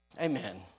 amen